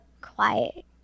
quiet